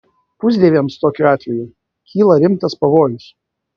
pusdieviams tokiu atveju kyla rimtas pavojus